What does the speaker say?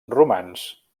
romans